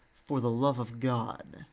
for the love of god.